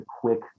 quick